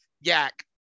yak